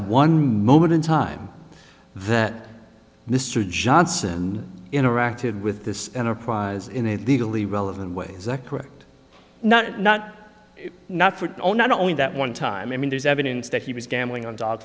one moment in time that mr johnson interacted with this enterprise in a legally relevant ways that correct not not not for all not only that one time i mean there's evidence that he was gambling